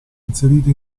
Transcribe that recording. inserita